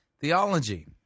theology